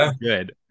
good